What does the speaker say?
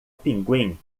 pinguim